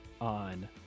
on